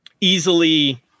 easily